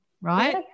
right